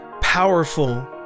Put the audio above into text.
powerful